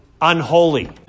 unholy